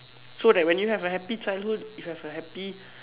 so that when you have a happy childhood you have a happy